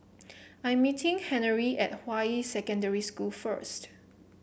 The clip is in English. I am meeting Henery at Hua Yi Secondary School first